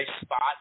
spot